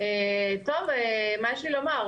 אבל את לא יכולה להעריך